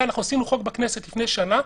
אנחנו עשינו חוק בכנסת לפני שנה,